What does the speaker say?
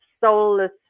soulless